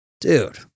dude